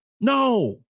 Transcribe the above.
No